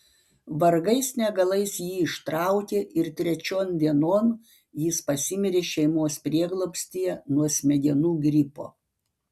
vargais negalais jį ištraukė ir trečion dienon jis pasimirė šeimos prieglobstyje nuo smegenų gripo